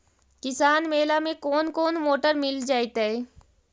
किसान मेला में कोन कोन मोटर मिल जैतै?